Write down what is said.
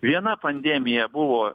viena pandemija buvo